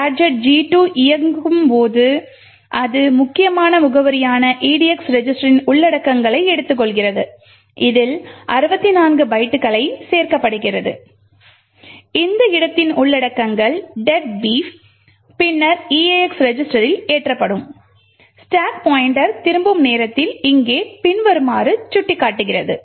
gadget G2 இயக்கும் போது அது முக்கியமான முகவரியான edx ரெஜிஸ்டரின் உள்ளடக்கங்களை எடுத்துக்கொள்கிறது இதில் 64 பைட்டுகளைச் சேர்க்கப்படுகிறது இந்த இடத்தின் உள்ளடக்கங்கள் "deadbeef" பின்னர் eax ரெஜிஸ்டரில் ஏற்றப்படும் ஸ்டாக் பாய்ண்ட்டர் திரும்பும் நேரத்தில் இங்கே பின்வருமாறு சுட்டிக்காட்டுகிறது